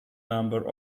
number